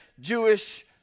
Jewish